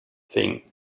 thing